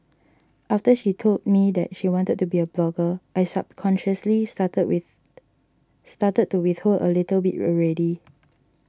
after she told me that she wanted to be a blogger I subconsciously started with started to withhold a little bit already